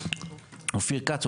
אופיר כץ,